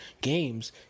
games